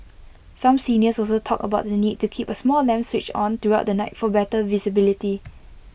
some seniors also talked about the need to keep A small lamp switched on throughout the night for better visibility